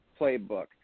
playbook